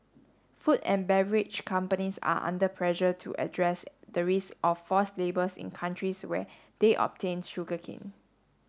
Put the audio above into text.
food and beverage companies are under pressure to address the risk of forced labours in countries where they obtain sugar cane